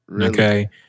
Okay